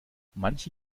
manche